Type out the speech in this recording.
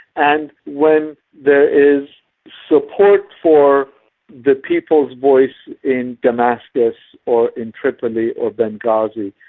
and when there is support for the people's voice in damascus or in tripoli or benghazi,